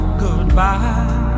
goodbye